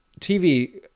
TV